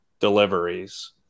deliveries